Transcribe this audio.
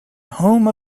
home